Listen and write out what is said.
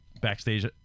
backstage